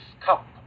Cup